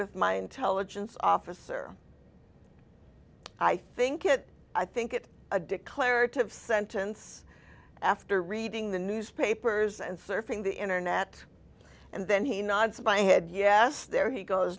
with my intelligence officer i think it i think it a declarative sentence after reading the newspapers and surfing the internet and then he nods my head yes there he goes